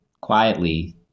quietly